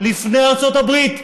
לפני ארצות הברית,